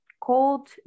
cold